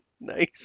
nice